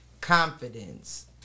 confidence